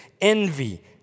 envy